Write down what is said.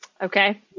Okay